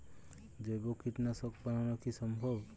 জৈব কীটনাশক বানানো কি সম্ভব?